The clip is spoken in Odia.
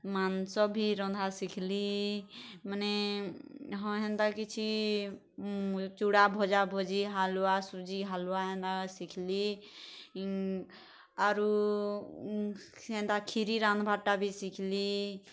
ମାଂସ ବି ରନ୍ଧା ଶିଖଲି ମାନେ ହଁ ହେନ୍ତା କିଛି ଚୁଡ଼ା ଭଜାଭୁଜି ହାଲୁଆ ସୁଜି ହାଲୱା ଏନ୍ତାଟା ଶିଖଲି ଆରୁ ସେନ୍ତା କ୍ଷୀରି ରାନ୍ଧବାରଟା ବି ଶିଖ୍ଲି